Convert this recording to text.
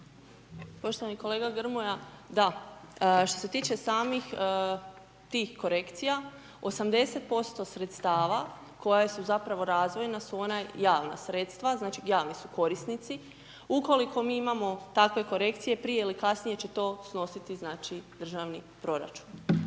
Poštovani kolega Grmoja, da. Što se tiče samih tih korekcija, 80% sredstava koja su zapravo razvojna, su ona javna sredstva, znači, javni su korisnici. Ukoliko mi imamo takve korekcije, prije ili kasnije će to snositi, znači, državni proračun.